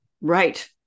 Right